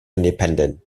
independent